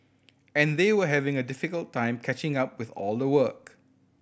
and they were having a difficult time catching up with all the work